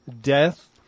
death